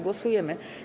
Głosujemy.